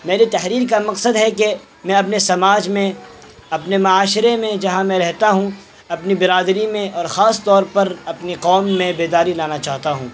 میری تحریر کا مقصد ہے کہ میں اپنے سماج میں اپنے معاشرے میں جہاں میں رہتا ہوں اپنی برادری میں اور خاص طور پر اپنی قوم میں بیداری لانا چاہتا ہوں